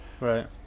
Right